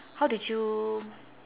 how did you